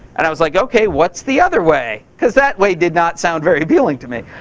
and i was like, ok, what's the other way? cause that way did not sound very appealing to me.